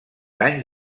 anys